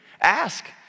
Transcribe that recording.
Ask